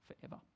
forever